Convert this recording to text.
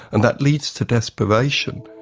and that leads to desperation.